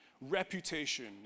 Reputation